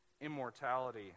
immortality